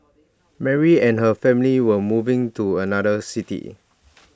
Mary and her family were moving to another city